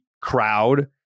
crowd